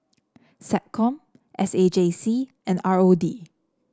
SecCom S A J C and R O D